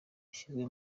yashyizwe